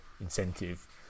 incentive